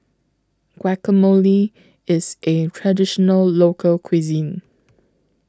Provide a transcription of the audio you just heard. Guacamole IS A Traditional Local Cuisine